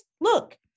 look